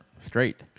straight